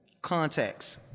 contacts